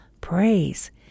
praise